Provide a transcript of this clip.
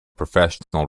professional